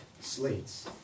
slates